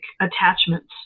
attachments